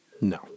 No